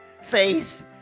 face